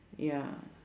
ya